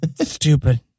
Stupid